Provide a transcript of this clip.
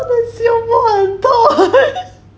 胸部很痛